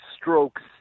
strokes